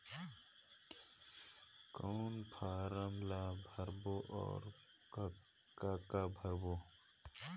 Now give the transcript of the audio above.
कौन फारम ला भरो और काका भरो?